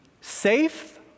safe